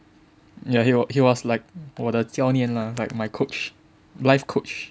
ya he was he was like 我的教练 lah like my coach life coach